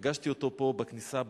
פגשתי אותו פה בכניסה,